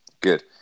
Good